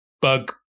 bug